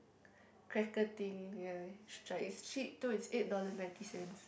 cracker tin guy like it's cheap though it's eight dollars ninety cents